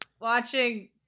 watching